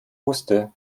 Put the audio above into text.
wusste